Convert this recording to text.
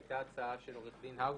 היתה הצעה של עורך דין האוזנר,